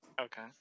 okay